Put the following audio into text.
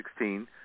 2016